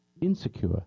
insecure